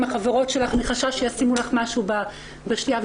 החברות שלך מחשש שישימו לך משהו בשתייה,